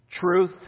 truth